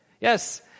yes